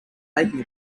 making